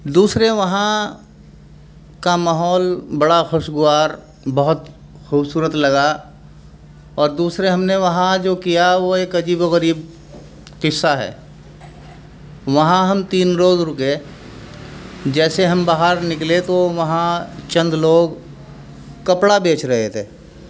دوسرے وہاں کا ماحول بڑا خوشگوار بہت خوبصورت لگا اور دوسرے ہم نے وہاں جو کیا وہ ایک عجیب و غریب قصہ ہے وہاں ہم تین روز رکے جیسے ہم باہر نکلے تو وہاں چند لوگ کپڑا بیچ رہے تھے